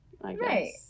Right